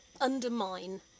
undermine